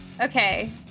Okay